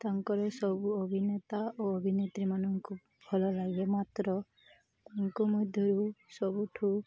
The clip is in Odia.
ତାଙ୍କର ସବୁ ଅଭିନେତା ଓ ଅଭିନେତ୍ରୀ ମାନଙ୍କୁ ଭଲ ଲାଗେ ମାତ୍ର ତାଙ୍କ ମଧ୍ୟରୁ ସବୁଠୁ